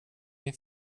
min